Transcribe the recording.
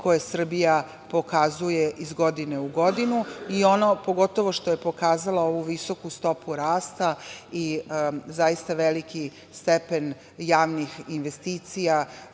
koje Srbija pokazuje iz godine u godinu, pogotovo što je pokazala ovu visoku stopu rasta i zaista veliki stepen javnih investicija